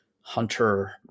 hunter